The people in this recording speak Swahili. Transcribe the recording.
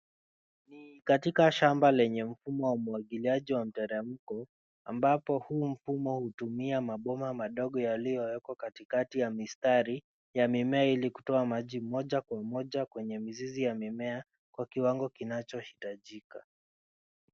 Katika shamba lenye mfumo wa umwagiliaji wa mteremko, ambapo mfumo huu unatumia maboma madogo yaliyowekwa katikati ya mistari, ya mimea ili kutoa maji mmoja mmoja kwenye mzizi wa mimea kwa kiwango kinachohitajika.